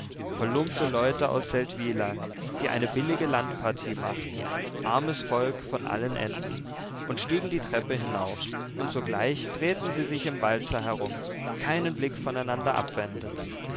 verlumpte leute aus seldwyla die eine billige landpartie machten armes volk von allen enden und stiegen die treppe hinauf und sogleich drehten sie sich im walzer herum keinen blick voneinander abwendend